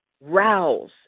rouse